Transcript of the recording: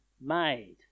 made